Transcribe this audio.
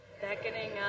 beckoning